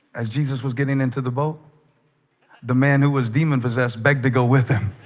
as jesus was getting into the boat the man who was demon-possessed begged to go with him